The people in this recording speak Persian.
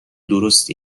درست